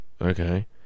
Okay